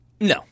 No